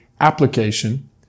application